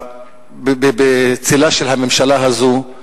בצלה של הממשלה הזאת,